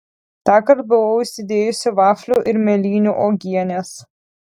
tąkart buvau įsidėjusi vaflių ir mėlynių uogienės